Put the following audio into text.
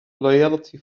loyalty